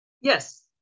Yes